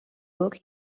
book